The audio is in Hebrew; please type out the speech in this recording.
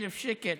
1,000 שקל.